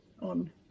on